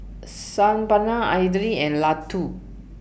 San Paneer Idili and Ladoo